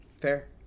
fair